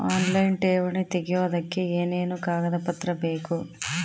Online ಠೇವಣಿ ತೆಗಿಯೋದಕ್ಕೆ ಏನೇನು ಕಾಗದಪತ್ರ ಬೇಕು?